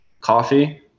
coffee